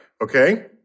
okay